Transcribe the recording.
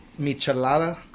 Michelada